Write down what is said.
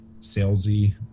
salesy